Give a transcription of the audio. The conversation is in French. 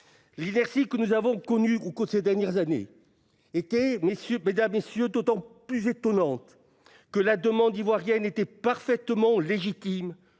L'inertie que nous avons connue ces dernières années était d'autant plus étonnante que la demande ivoirienne était parfaitement légitime